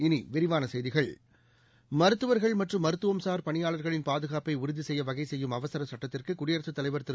இனி விரிவான செய்திகள் மருத்துவர்கள் மற்றும் மருத்துவம்சார் பணியாளர்களின் பாதுகாப்பை உறுதி செய்ய வகை செய்யும் அவசர சுட்டத்திற்கு குடியரசுத்தலைவர் திரு